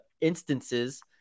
instances